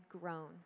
grown